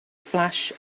flash